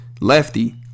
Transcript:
Lefty